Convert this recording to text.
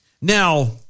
Now